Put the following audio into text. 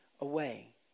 away